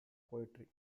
poetry